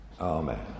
Amen